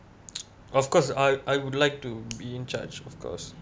of course I I would like to be in charge of course